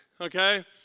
okay